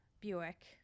Buick